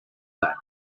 bat